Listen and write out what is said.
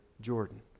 Jordan